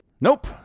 nope